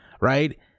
right